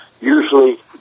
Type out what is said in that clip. Usually